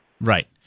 Right